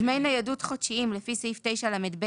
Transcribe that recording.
3. דמי ניידות חודשיים לפי סעיף 9לב(ד),